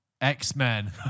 X-Men